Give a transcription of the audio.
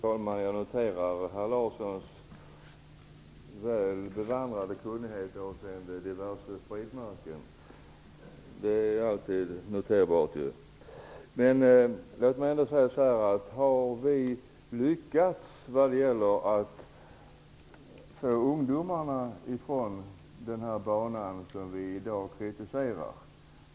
Fru talman! Jag noterar att Roland Larsson är väl bevandrad när det gäller diverse spritsorter. Har vi lyckats med att få bort ungdomarna från den vana som vi i dag kritiserar?